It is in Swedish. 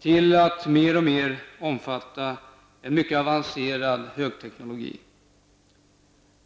till att mer och mer omfatta en mycket avancerad högteknologi.